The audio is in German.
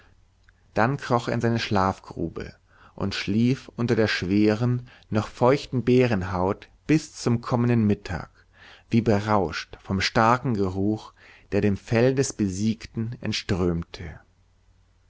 dann kroch er in seine schlafgrube und schlief unter der schweren noch feuchten bärenhaut bis zum kommenden mittag wie berauscht vom starken geruch der dem fell des besiegten entströmte